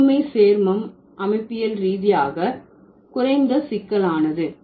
ஒருமை சேர்மம் அமைப்பியல் ரீதியாக குறைந்த சிக்கலானது